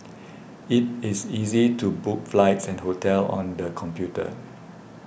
it is easy to book flights and hotels on the computer